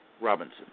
Robinson